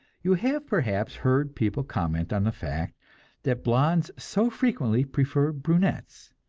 you have perhaps heard people comment on the fact that blondes so frequently prefer brunettes,